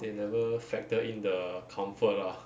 they never factor in the comfort lah